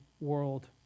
world